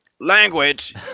language